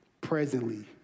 presently